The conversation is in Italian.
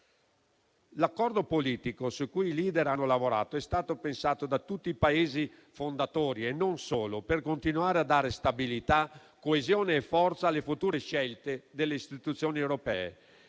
L'accordo politico su cui i *leader* hanno lavorato è stato pensato da tutti i Paesi fondatori, e non solo, per continuare a dare stabilità, coesione e forza alle future scelte delle istituzioni europee